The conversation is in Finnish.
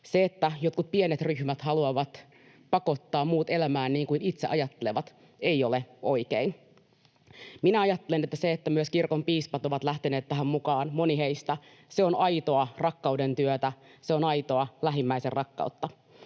Se, että jotkut pienet ryhmät haluavat pakottaa muut elämään niin kuin ne itse ajattelevat, ei ole oikein. Ajattelen, että se, että myös moni kirkon piispoista on lähtenyt tähän mukaan, on aitoa rakkaudentyötä ja aitoa lähimmäisenrakkautta.